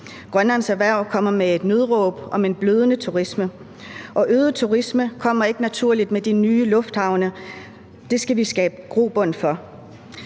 Grønlands Erhverv kommer med et nødråb om en blødende turisme, og en øget turisme kommer ikke naturligt med de nye lufthavne, men det skal vi skabe grobund for.